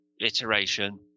iteration